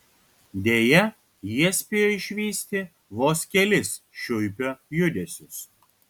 deja jie spėjo išvysti vos kelis šiuipio judesius